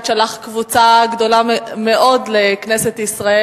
שלח קבוצה גדולה מאוד לכנסת ישראל.